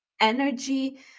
energy